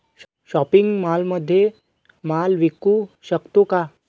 Shopping मॉलमध्ये माल विकू शकतो का?